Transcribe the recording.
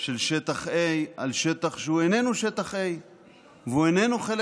של שטח A על שטח שאיננו שטח A והוא איננו חלק